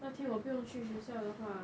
那天我不用去学校的话